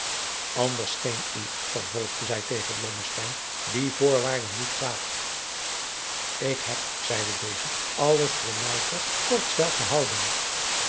anders scheen u vervolgde zij tegen blommesteyn die voorwaarde niet kwaad ik heb zeide deze alles voor louter kortswijl gehouden